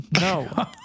No